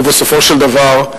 ובסופו של דבר,